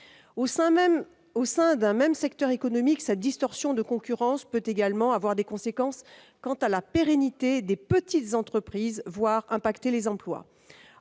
Au sein du même secteur économique, cette distorsion de concurrence peut également emporter des conséquences sur la pérennité des petites entreprises, voire sur les emplois.